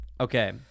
Okay